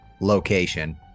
location